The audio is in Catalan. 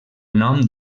nom